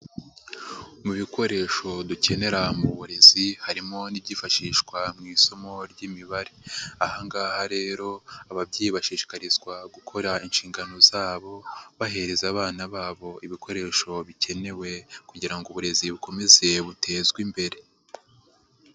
Mu bikoresho dukenera mu burezi harimo n'ibyifashishwa mu isomo ry'imibare, aha ngaha rero ababyeyi bashishikarizwa gukora inshingano zabo bahereza abana babo ibikoresho bikenewe kugira ngo uburezi bukomeze butezwe imbere.